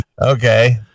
Okay